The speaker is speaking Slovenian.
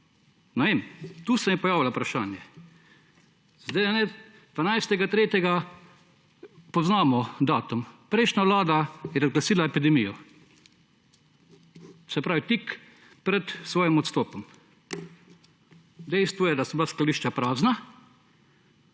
Ne vem, tu se je pojavilo vprašanje. 12. 3., poznamo datum, je prejšnja vlada razglasila epidemijo. Se pravi tik pred svojim odstopom. Dejstvo je, da so bila skladišča prazna